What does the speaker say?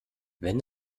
wenn